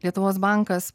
lietuvos bankas